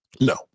No